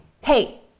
hey